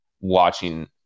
watching